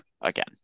again